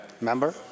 Member